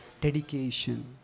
Dedication